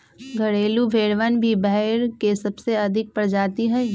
घरेलू भेड़वन भी भेड़ के सबसे अधिक प्रजाति हई